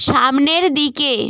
সামনের দিকে